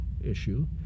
issue